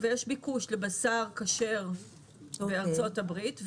ויש ביקוש לבשר כשר בארצות הברית,